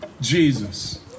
Jesus